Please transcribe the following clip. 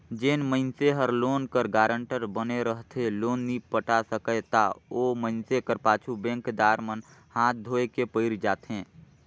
जेन मइनसे हर लोन कर गारंटर बने रहथे लोन नी पटा सकय ता ओ मइनसे कर पाछू बेंकदार मन हांथ धोए के पइर जाथें